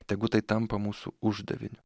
tegu tai tampa mūsų uždaviniu